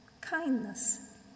kindness